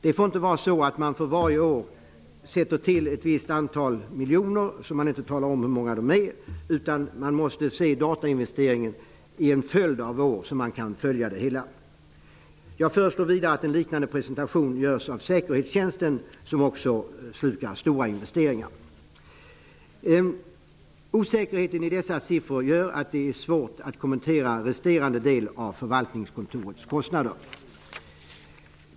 Det får inte vara så att man för varje år sätter till ett visst antal miljoner, utan att tala om hur många. I stället måste man se datainvesteringen under en följd av år så att det går att följa det hela. Vidare föreslår jag att en liknande presentation görs beträffande säkerhetstjänsten, som också slukar stora investeringar. Osäkerheten i dessa siffror gör att det är svårt att kommentera resterande del av förvaltningskontorets kostnader.